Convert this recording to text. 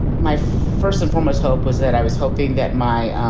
my first and foremost hope was that i was hoping that my,